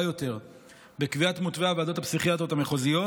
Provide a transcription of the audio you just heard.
יותר בקביעת מותבי הוועדות הפסיכיאטריות המחוזיות